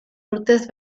urtez